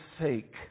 sake